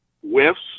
whiffs